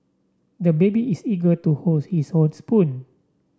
the baby is eager to holds his own spoon